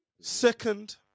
Second